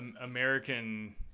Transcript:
American